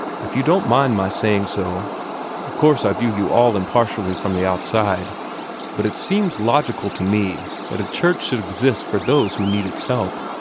if you don't mind my saying so of course i view you all impartially from the outside but it seems logical to me that a church should exist for those who need its help,